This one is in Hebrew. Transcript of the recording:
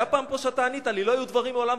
היתה פעם פה שענית לי: לא היו דברים מעולם,